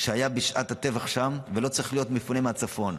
שהיה בשעת הטבח שם ולא צריך להיות מפונה מהצפון.